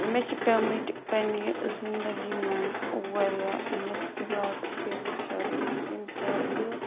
مےٚ چھِ پیٚمٕتۍ پنٛنہِ زِندگی منٛز واریاہ مُشکِلات پیش کَرٕنۍ ییٚمہِ ساتہٕ بہٕ